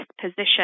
position